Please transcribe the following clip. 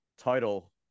title